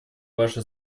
ваши